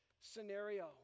scenario